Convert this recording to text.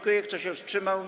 Kto się wstrzymał?